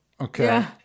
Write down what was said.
Okay